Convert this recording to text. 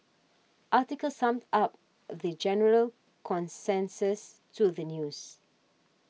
article summed up the general consensus to the news